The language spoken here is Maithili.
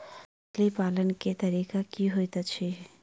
मछली पालन केँ तरीका की होइत अछि?